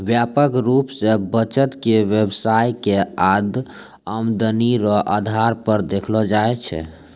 व्यापक रूप से बचत के व्यवसाय के आमदनी रो आधार पर देखलो जाय छै